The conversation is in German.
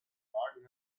wagen